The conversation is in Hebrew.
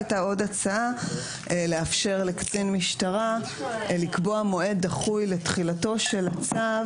היתה עוד הצעה לאפשר לקצין משטרה לקבוע מועד דחוי לתחילתו של הצו,